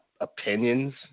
opinions